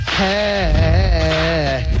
hey